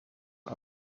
are